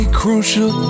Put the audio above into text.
crucial